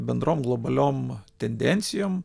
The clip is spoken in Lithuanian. bendrom globaliom tendencijom